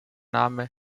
name